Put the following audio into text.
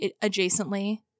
Adjacently